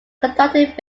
conducted